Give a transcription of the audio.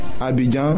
Abidjan